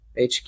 HQ